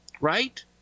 Right